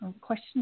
question